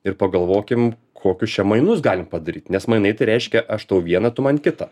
ir pagalvokim kokius čia mainus galim padaryt nes mainai tai reiškia aš tau viena tu man kita